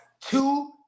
two